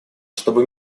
чтобы